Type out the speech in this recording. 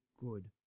good